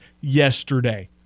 yesterday